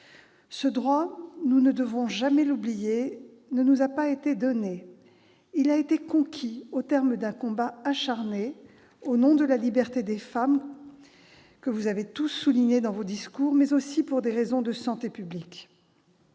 Ce droit- nous ne devons jamais l'oublier -ne nous a pas été donné. Il a été conquis, au terme d'un combat acharné, au nom de la liberté des femmes- vous l'avez tous souligné dans vos interventions -, mais aussi au nom de raisons de santé publique.